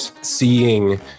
seeing